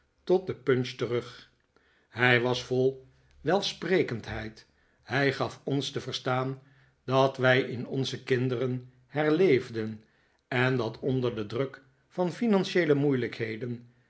tot de punch terug hij was vol welsprekendheid hij gaf ons te verstaan dat wij in onze kinderen herleefden en dat onder den druk van financieele moeilijkheden